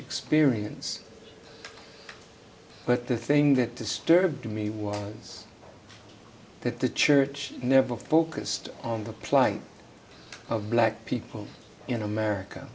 experience but the thing that disturbed me was that the church never focused on the plight of black people in america